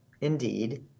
indeed